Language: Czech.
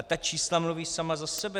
Ta čísla mluví sama za sebe.